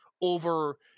over